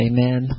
Amen